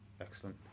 Excellent